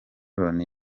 loni